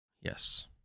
Yes